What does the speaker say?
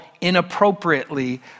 inappropriately